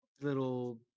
little